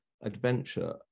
adventure